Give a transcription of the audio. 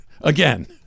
again